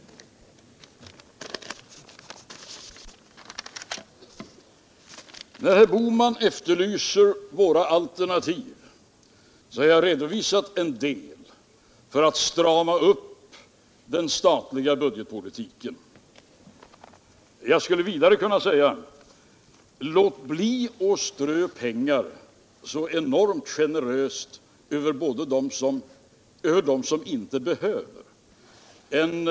Herr Bohman efterlyser våra alternativ, och jag har redovisat en del som syftar till att strama upp den statliga budgetpolitiken. Jag skulle vidare kunna säga: Låt bli att strö pengar så enormt generöst över dem som inte behöver pengar.